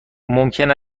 ممکن